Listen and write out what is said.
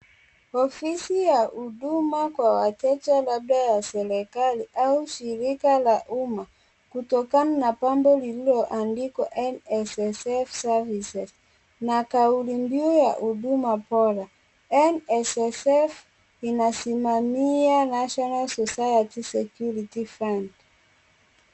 Ofisi ya huduma kwa wateja labda ya serikali au shirika la umma. Kutokana na pambo lililoandikwa NSSF service na kauli mbiu ya huduma bora NSSF inasimamia national society security fund .